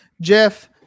jeff